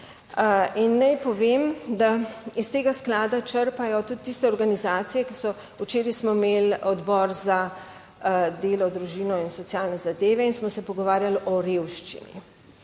in naj povem, da iz tega sklada črpajo tudi tiste organizacije, ki so, včeraj smo imeli Odbor za delo, družino in socialne zadeve in smo se pogovarjali o revščini,